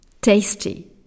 tasty